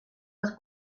les